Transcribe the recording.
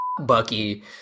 Bucky